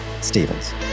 Stevens